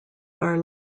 are